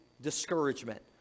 discouragement